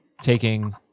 taking